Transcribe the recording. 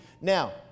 Now